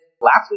last